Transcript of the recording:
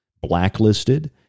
blacklisted